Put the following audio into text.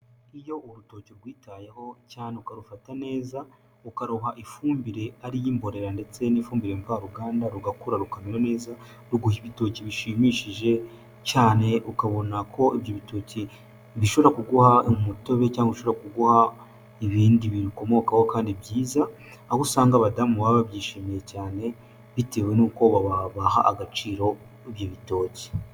Iyo urutoki urwitayeho cyane ukarufata neza, ukaruha ifumbire ari iy'imborera ndetse n'ifumbire mvaruganda, rugakura rukamera neza, ruguha ibitoki bishimishije cyane ukabona ko ibyo bitoki bishobora kuguha umutobe cyangwa ushobora kuguha ibindi birukomokaho kandi byiza, aho usanga abadamu baba babyishimiye cyane, bitewe n'uko baha agaciro ibyo bitoki.